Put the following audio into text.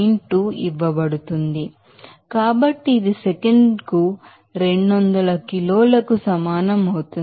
2 ఇవ్వబడుతుంది కాబట్టి ఇది సెకనుకు 200 కిలోలకు సమానం అవుతుంది